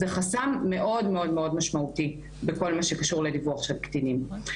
זה חסם מאוד מאוד משמעותי בכל מה שקשור בדיווח של קטינים.